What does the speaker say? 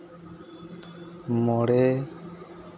ᱢᱚᱬᱮ